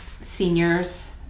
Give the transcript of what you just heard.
seniors